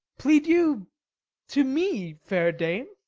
plead you to me, fair dame?